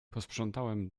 posprzątałem